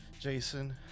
jason